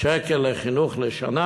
שקל לחינוך לשנה,